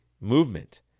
movement